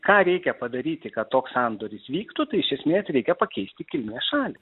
ką reikia padaryti kad toks sandoris vyktų tai iš esmės reikia pakeisti kilmės šalį